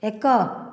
ଏକ